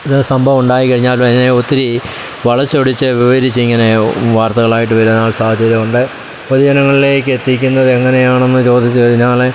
ഇത് സംഭവം ഉണ്ടായിക്കഴിഞ്ഞാൽ അതിനെ ഒത്തിരി വളച്ചൊടിച്ചു വിവരിച്ച് ഇങ്ങനെ വർത്തകളായിട്ട് വരാൻ സാധ്യതയുണ്ട് പൊതുജനങ്ങളിലേക്ക് എത്തിക്കുന്നത് എങ്ങനെയാണെന്നു ചോദിച്ചു കഴിഞ്ഞാൽ